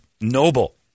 noble